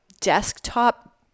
desktop